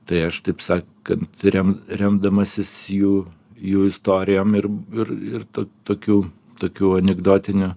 tai aš taip sakant re remdamasis jų jų istorijom ir ir ir tokiu tokiu anekdotiniu